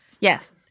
Yes